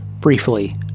briefly